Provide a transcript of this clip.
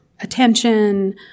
Attention